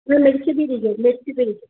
न मिर्च बि ॾिजो मिर्च बि